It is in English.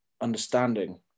understanding